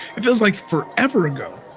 it feels like forever ago.